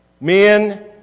men